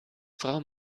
frau